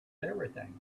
everything